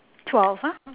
twelve ah